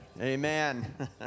Amen